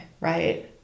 right